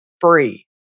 free